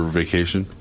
vacation